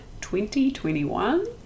2021